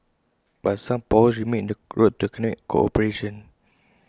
but some potholes remain in the road to economic cooperation